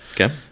Okay